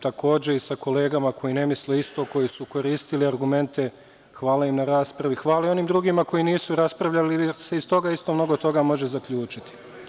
Takođe i sa kolegama koji ne misle isto, koji su koristili argumente, hvala im na raspravi, hvala i onim drugima koji nisu raspravljali, jer se i iz toga mnogo toga može zaključiti.